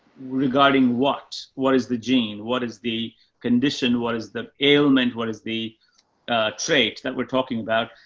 regarding what, what is the gene, what is the condition? what is the ailment? what is the trait that we're talking about?